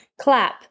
clap